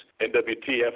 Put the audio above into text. NWTF